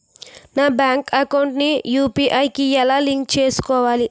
నా bank account ని UPI కి ఎలా లింక్ చేసుకోవాలి?